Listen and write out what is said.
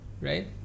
Right